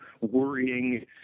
worrying